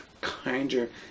kinder